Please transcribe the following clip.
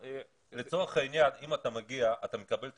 לצורך העניין אם אתה מגיע אתה מקבל את